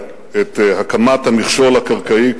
את המכשול הקרקעי,